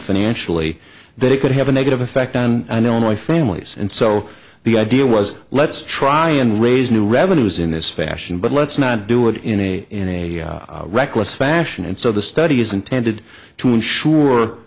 financially they could have a negative effect on i know my families and so the idea was let's try and raise new revenues in this fashion but let's not do it in a in a reckless fashion and so the study is intended to ensure